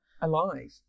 alive